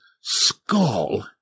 Skull